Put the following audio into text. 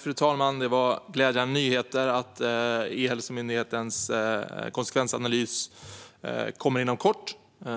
Fru talman! Det var glädjande nyheter att E-hälsomyndighetens konsekvensanalys kommer inom kort.